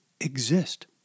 exist